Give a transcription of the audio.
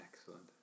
excellent